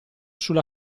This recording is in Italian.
sulla